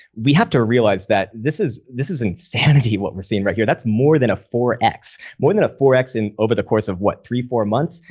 we have to realize that this is this is insanity what we're seeing right here. that's more than a four x, more than four x and over the course of what, three, four months?